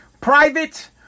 private